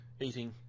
eating